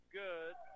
good